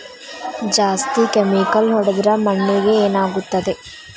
ಜಾಸ್ತಿ ಕೆಮಿಕಲ್ ಹೊಡೆದ್ರ ಮಣ್ಣಿಗೆ ಏನಾಗುತ್ತದೆ?